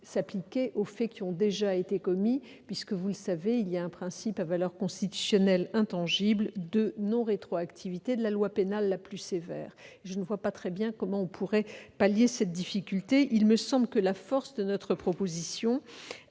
s'appliquer aux faits qui ont déjà été commis, puisque, vous le savez, il y a un principe à valeur constitutionnelle intangible de non-rétroactivité de la loi pénale la plus sévère. Je ne vois pas très bien comment on pourrait pallier cette difficulté. La force de la disposition